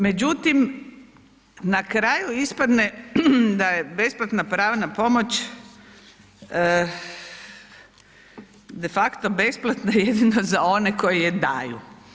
Međutim, na kraju ispadne da je besplatna pravna pomoć de facto besplatna jedino za one koji ju daju.